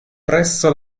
presso